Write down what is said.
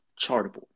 chartable